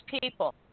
people